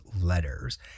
Letters